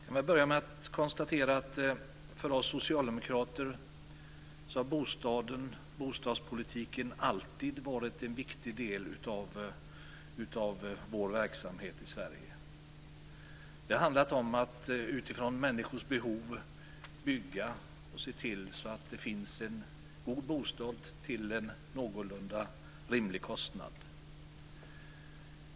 Jag börjar med att konstatera att för oss socialdemokrater har bostadspolitiken alltid varit en viktig del av vår verksamhet i Sverige. Det har handlat om att utifrån människors behov bygga och se till att det finns en god bostad till en någorlunda rimlig kostnad.